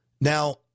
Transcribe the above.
Now